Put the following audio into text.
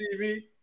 TV